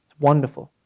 wonderful.